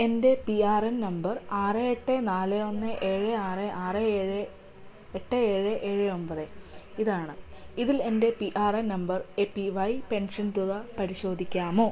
എൻ്റെ P R N number ആറ് എട്ട് നാല് ഒന്ന് ഏഴ് ആറ് ആറ് ഏഴ് എട്ട് ഏഴ് ഏഴ് ഒൻപത് ഇതാണ് ഇതിൽ എൻ്റെ P R N number A P Y pension തുക പരിശോധിക്കാമോ